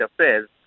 affairs